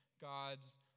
God's